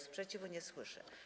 Sprzeciwu nie słyszę.